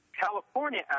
California